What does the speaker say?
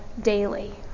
daily